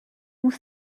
vous